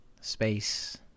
space